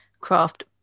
craft